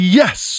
yes